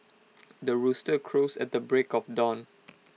the rooster crows at the break of dawn